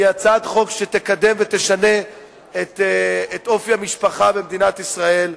היא הצעת חוק שתקדם ותשנה את אופי המשפחה במדינת ישראל,